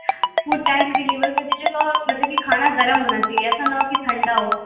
food time پہ deliver کر دیجئے گا اور مطلب کہ کھانا گرم ہونا چاہیے ایسا نہ ہو کہ ٹھلنڈا ہو